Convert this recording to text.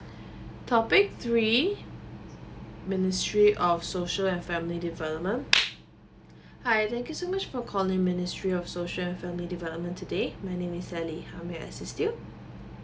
topic three ministry of social and family development hi thank you so much for calling ministry of social and family development today my name is sally how may I assist you